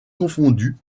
confondues